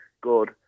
good